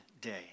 day